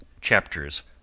Chapters